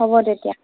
হ'ব তেতিয়া